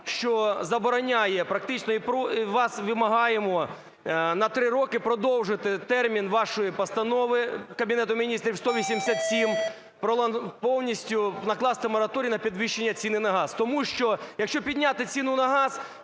що забороняє практично, і у вас вимагаємо на 3 роки продовжити термін вашої Постанови Кабінету Міністрів 187 – повністю накласти мораторій на підвищення цін на газ. Тому що, якщо підняти ціну на газ,